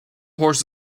horse